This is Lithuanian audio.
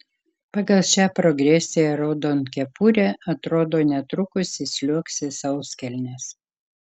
pagal šią progresiją raudonkepurė atrodo netrukus įsliuogs į sauskelnes